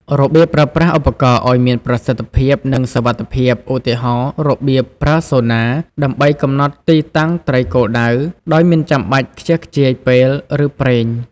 របៀបប្រើប្រាស់ឧបករណ៍ឱ្យមានប្រសិទ្ធភាព និងសុវត្ថិភាព ឧទាហរណ៍ របៀបប្រើ Sonar ដើម្បីកំណត់ទីតាំងត្រីគោលដៅ ដោយមិនចាំបាច់ខ្ជះខ្ជាយពេល ឬប្រេង។